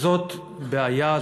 זו בעיה,